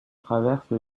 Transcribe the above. traverse